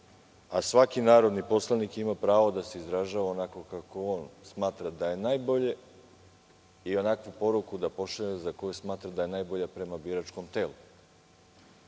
a svaki narodni poslanik ima pravo da se izražava onako kako smatra da je najbolje i onakvu poruku da pošalje za koju smatra da je najbolja prema biračkom telu.